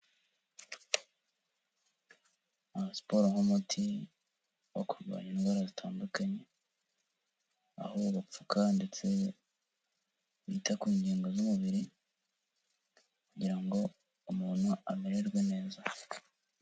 Aba siporo nk'umuti wo kurwanya indwara zitandukanye aho bapfuka ndetse bita ku ngingo z'umubiri kugira ngo umuntu amererwe neza.